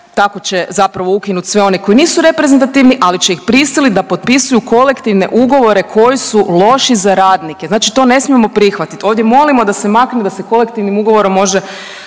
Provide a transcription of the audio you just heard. tako će zapravo ukinuti sve one koji nisu reprezentativni ali će ih prisiliti da potpisuju kolektivne ugovore koji su loši za radnike. Znači to ne smijemo prihvatiti. Ovdje molimo da se makne, da se kolektivnim ugovorom može